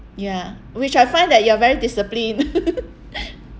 ya which I find that you are very disciplined